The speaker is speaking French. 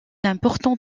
important